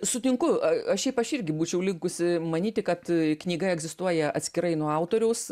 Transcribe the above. sutinku šiaip aš irgi būčiau linkusi manyti kad knyga egzistuoja atskirai nuo autoriaus